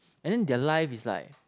and then their life is like